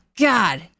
god